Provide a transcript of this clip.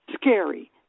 scary